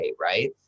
right